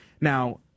Now